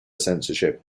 censorship